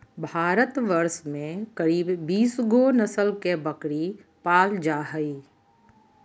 भारतवर्ष में करीब बीस गो नस्ल के बकरी पाल जा हइ